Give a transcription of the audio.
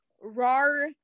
rar